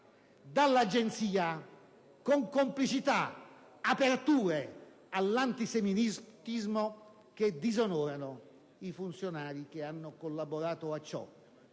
dall'Agenzia con complicità e aperture all'antisemitismo che disonorano i funzionari che hanno collaborato a ciò.